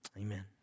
amen